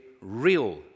real